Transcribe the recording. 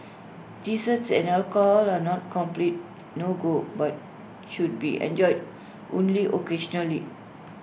desserts and alcohol are not complete no go but should be enjoyed only occasionally